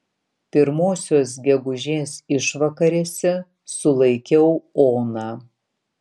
pirmosios gegužės išvakarėse sulaikiau oną